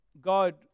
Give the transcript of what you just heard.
God